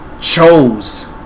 chose